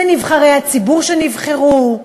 בנבחרי הציבור שנבחרו,